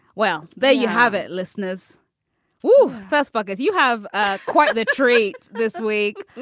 well, there you have it. listeners who first bugger's, you have ah quite the treat this week.